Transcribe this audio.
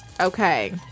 Okay